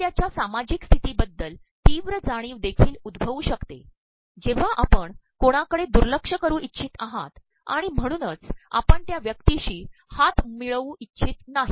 एखाद्याच्या सामाप्जक प्स्त्र्तीबद्दल तीव्र जाणीव देखील उद्भवूशकते जेव्हा आपण कोणाकडेदलु क्षय करू इप्च्छत आहात आणण म्हणूनच आपण त्या व्यक्तीशी हात ममळवूइप्च्छत नाही